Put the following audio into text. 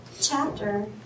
chapter